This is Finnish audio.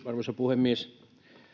arvoisa puhemies